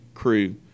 Crew